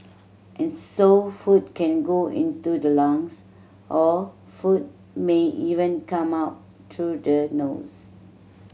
and so food can go into the lungs or food may even come up through the nose